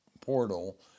portal